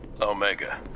Omega